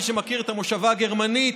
מי שמכיר את המושבה הגרמנית,